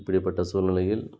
இப்படிப்பட்ட சூழ்நிலையில்